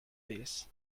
this